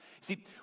See